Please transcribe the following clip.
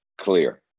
clear